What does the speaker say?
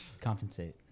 Compensate